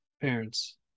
parents